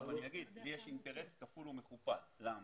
לי יש אינטרס כפול ומכופל וגם